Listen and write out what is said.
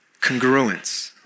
Congruence